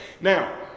Now